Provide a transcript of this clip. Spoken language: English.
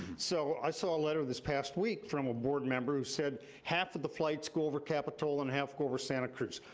so, i saw a letter this past week from a board member who said half of the flights go over capitola and half go over santa cruz.